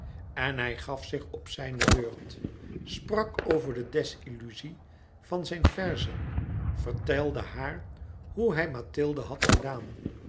en hij gaf zich op zijn beurt sprak over de desilluzie van zijn verzen vertelde haar hoe hij mathilde had gedaan